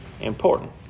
important